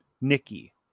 Nikki